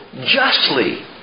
justly